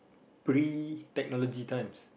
pretty technology times